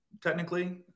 Technically